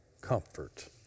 comfort